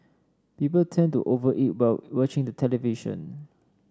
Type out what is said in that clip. people tend to over eat while watching the television